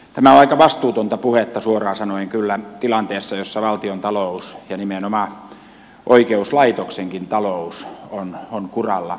tämä on aika vastuutonta puhetta suoraan sanoen kyllä tilanteessa jossa valtion talous ja nimenomaan oikeuslaitoksenkin talous on kuralla